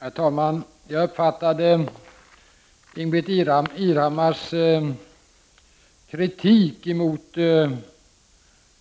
Herr talman! Jag uppfattade Ingbritt Irhammars kritik mot